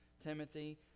Timothy